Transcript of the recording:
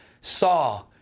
saw